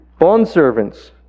Bondservants